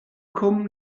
cwm